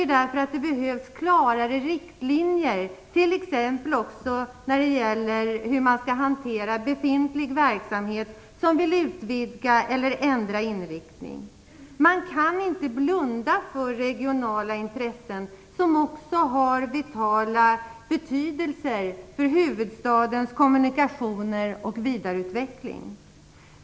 Jag tycker att det behövs klarare riktlinjer, t.ex. när det gäller hur man skall hantera befintlig verksamhet där man vill utvidga eller ändra inriktning. Man kan inte blunda för regionala intressen som även har vital betydelse för huvudstadens kommunikationer och vidareutveckling.